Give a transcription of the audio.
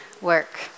work